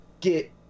get